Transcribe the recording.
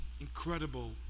incredible